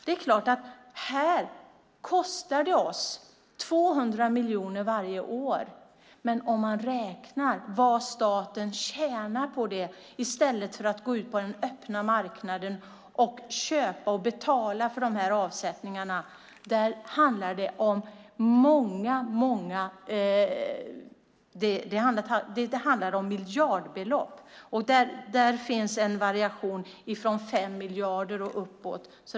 Det är klart att det här kostar oss 200 miljoner varje år, men om man räknar på vad staten tjänar på det i stället för att gå ut på den öppna marknaden och köpa och betala för de här avsättningarna handlar det om miljardbelopp. Där finns en variation från 5 miljarder och uppåt.